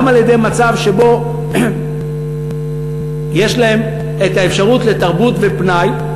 גם על-ידי מצב שבו יש להם אפשרות לתרבות ופנאי,